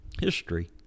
history